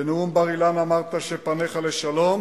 בנאום בר-אילן אמרת שפניך לשלום.